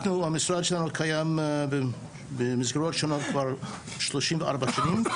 אנחנו המשרד שלנו קיים במסגרות שונות כבר שלושים וארבע שנים.